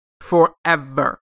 forever